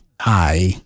hi